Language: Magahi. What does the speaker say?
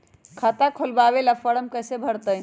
खाता खोलबाबे ला फरम कैसे भरतई?